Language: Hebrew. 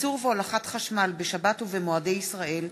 ייצור והולכת חשמל בשבת ובמועדי ישראל),